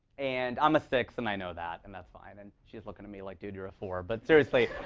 and i'm a six, and i know that, and that's fine. and she's looking at me like, dude, you're a four. but seriously,